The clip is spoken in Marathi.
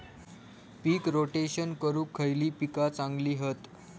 पीक रोटेशन करूक खयली पीका चांगली हत?